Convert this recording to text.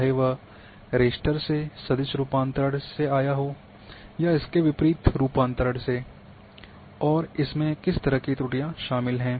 चाहे वह रास्टर से सदिश रूपांतरण से आया हो या इसके विपरीत रूपांतरण से और इसमें किस तरह की त्रुटियां शामिल हैं